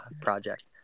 project